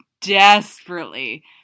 Desperately